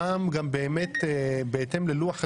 הפעם גם באמת בהתאם ללוח הזמנים,